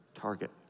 target